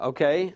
Okay